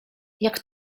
jak